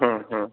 हूं हूं